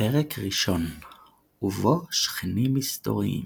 פרק ראשון ובו שכנים מסתוריים